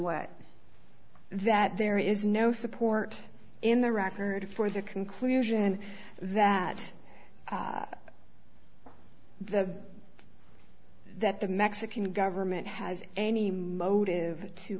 what that there is no support in the record for the conclusion that the that the mexican government has any motive to